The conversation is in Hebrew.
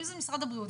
אם זה משרד הבריאות,